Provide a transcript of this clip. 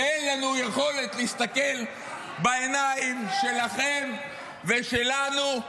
אין לנו יכולת להסתכל בעיניים שלכם ושלנו,